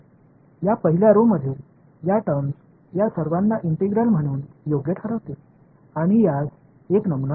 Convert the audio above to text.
या पहिल्या रो मधील या टर्म्स या सर्वांना इंटिग्रल म्हणून योग्य ठरवतील आणि यास एक नमुना आहे